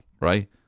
right